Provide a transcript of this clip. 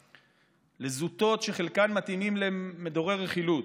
לזוטות שחלקן מתאימות למדורי רכילות.